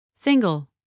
Single